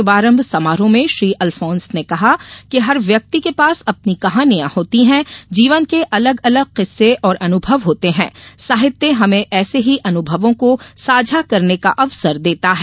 शुभारंभ समारोह में श्री अलफोन्स ने कहा कि हर व्यक्ति के पास अपनी कहानियां होती हैं जीवन के अलग अलग किस्से और अनुभव होते हैं साहित्य हमें ऐसे ही अनुभवों को साझा करने का अवसर देता है